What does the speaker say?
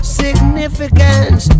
significance